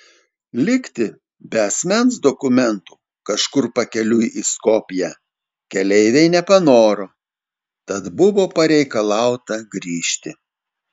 likti be asmens dokumentų kažkur pakeliui į skopję keleiviai nepanoro tad buvo pareikalauta grįžti